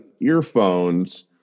earphones